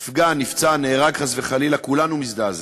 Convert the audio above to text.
נפגע, נפצע, נהרג, חס וחלילה, כולנו מזדעזעים,